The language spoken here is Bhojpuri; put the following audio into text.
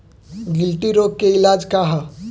गिल्टी रोग के इलाज का ह?